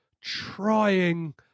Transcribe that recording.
trying